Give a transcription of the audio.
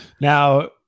Now